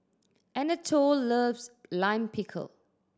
Anatole loves Lime Pickle